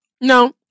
No